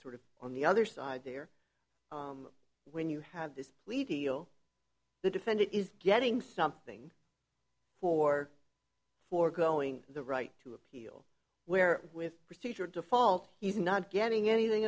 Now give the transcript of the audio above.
sort of on the other side there when you have this the defendant is getting something for foregoing the right to appeal where with procedure default he's not getting anything